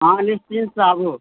अहाँ निश्चिन्तसँ आबु